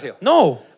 No